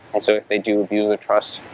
and so if they do view the trust,